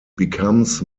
becomes